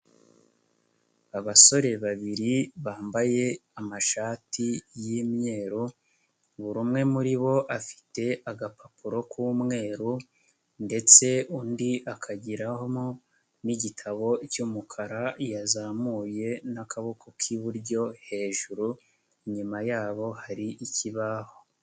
Abasore babiri bambaye amashati y'imweru, buri umwe muri bo afite agapapuro k'umweru ndetse undi akagirahomo n'igitabo cy'umukara yazamuye n'akaboko k'iburyo hejuru, inyuma yabo hari ikibaho.